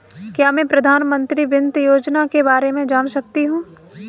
क्या मैं प्रधानमंत्री वित्त योजना के बारे में जान सकती हूँ?